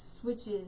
switches